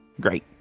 great